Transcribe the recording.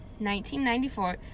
1994